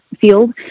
field